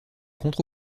contre